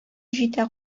җитә